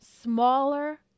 smaller